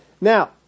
Now